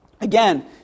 Again